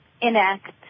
enact